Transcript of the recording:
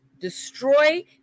destroy